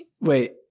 Wait